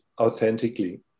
authentically